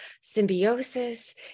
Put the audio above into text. symbiosis